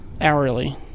Hourly